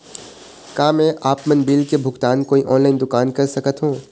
का मैं आपमन बिल के भुगतान कोई ऑनलाइन दुकान कर सकथों?